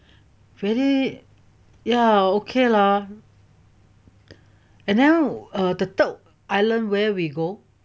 really ya okay lah and then err the third island where we go